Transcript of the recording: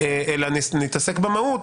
אלא נתעסק במהות,